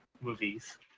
movies